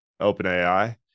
OpenAI